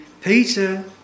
Peter